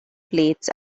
plates